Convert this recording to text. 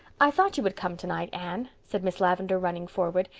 i thought you would come tonight, anne, said miss lavendar, running forward.